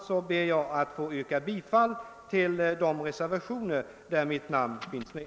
Jag ber härmed att få yrka bifall till de reservationer där mitt namn finns med.